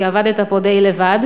כי עבדת פה די לבד.